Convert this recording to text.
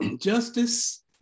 justice